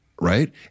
right